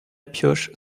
pioche